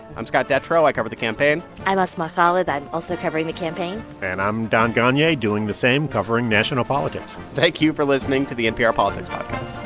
i'm scott detrow. i cover the campaign i'm asma khalid. i'm also covering the campaign and i'm don gonyea, doing the same, covering national politics thank you for listening to the npr politics podcast